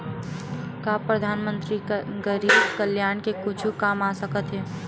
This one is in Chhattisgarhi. का परधानमंतरी गरीब कल्याण के कुछु काम आ सकत हे